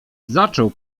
zaczął